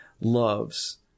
loves